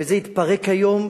וזה התפרק היום,